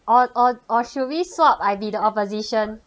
or or or should we swap I be the opposition